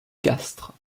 castres